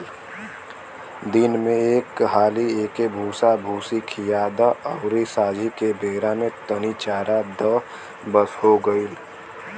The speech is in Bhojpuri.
दिन में एक हाली एके भूसाभूसी खिया द अउरी सांझी के बेरा में तनी चरा द बस हो गईल